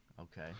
Okay